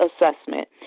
assessment